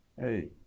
Hey